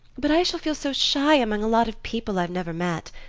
but i shall feel so shy among a lot of people i've never met.